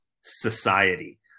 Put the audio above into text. society